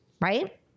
right